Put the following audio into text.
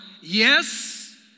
yes